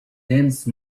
dance